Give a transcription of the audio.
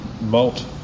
Malt